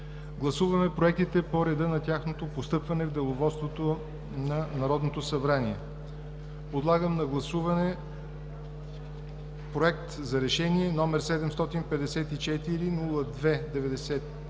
Гласуваме проектите по реда на тяхното постъпване в Деловодството на Народното събрание. Подлагам на гласуване Проект за решение, № 754-02-95,